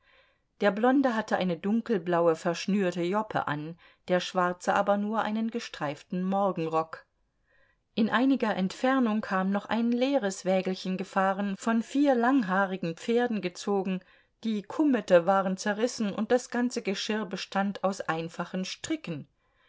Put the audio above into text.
der blonde hatte eine dunkelblaue verschnürte joppe an der schwarze aber nur einen gestreiften morgenrock in einiger entfernung kam noch ein leeres wägelchen gefahren von vier langhaarigen pferden gezogen die kummete waren zerrissen und das ganze geschirr bestand aus einfachen stricken